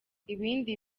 ibindi